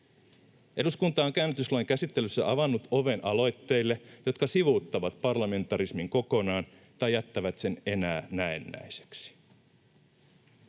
Eduskunta on käännytyslain käsittelyssä avannut oven aloitteille, jotka sivuuttavat parlamentarismin kokonaan tai jättävät sen enää näennäiseksi.